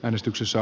äänestyksessä